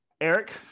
eric